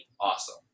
Awesome